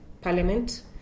Parliament